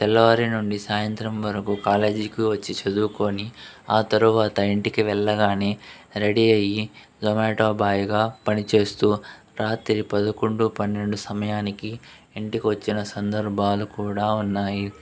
తెల్లవారి నుండి సాయంత్రం వరకు కాలేజీకి వచ్చి చదువుకొని ఆ తరువాత ఇంటికి వెళ్ళగానే రెడీ అయ్యి జొమాటో బాయ్గా పనిచేస్తూ రాత్రి పదకొండు పన్నెండు సమయానికి ఇంటికి వచ్చిన సందర్భాలు కూడా ఉన్నాయి